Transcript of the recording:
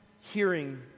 Hearing